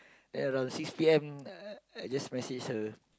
then around six P_M I just message her